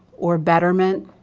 or betterment